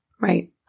Right